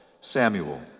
Samuel